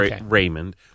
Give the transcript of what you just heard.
Raymond